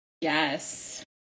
Yes